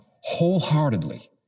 wholeheartedly